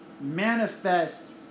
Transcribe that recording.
manifest